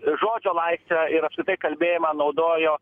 žodžio laisvę ir apskritai kalbėjimą naudojo